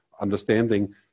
understanding